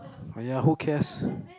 !aiya! who cares